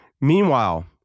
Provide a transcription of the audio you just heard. Meanwhile